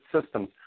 systems